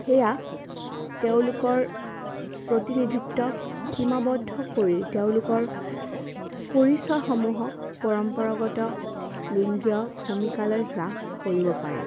সেয়া তেওঁলোকৰ প্ৰতিনিধিত্বক সীমাবদ্ধ কৰি তেওঁলোকৰ পৰিচয়সমূহক পৰম্পৰাগত লিংগীয় ভূমিকালৈ হ্ৰাস কৰিব পাৰে